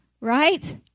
Right